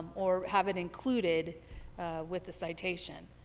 or have it included with the citation.